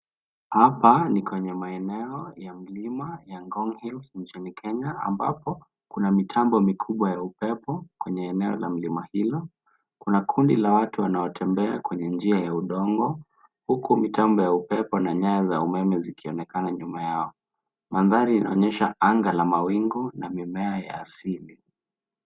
Hapa ni kwenye maeneo ya mlima ya Ngong Hills nchini Kenya ambapo kuna mitambo mikubwa ya upepo. Kwenye eneo la mlima hilo, kuna kundi la watu wanaotembea kwenye njia ya udongo huku mitambo ya upepo na nyaya za umeme zikionekana nyuma yao. Mandhari inaonyesha anga la mawingu na mimea ya asili